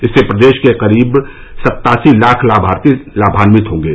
इससे प्रदेश के करीब सत्तासी लाख लाभार्थी लाभान्वित होंगे